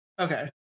Okay